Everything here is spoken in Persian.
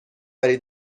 داری